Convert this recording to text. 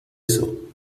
esto